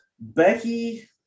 Becky